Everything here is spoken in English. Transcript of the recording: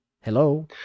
Hello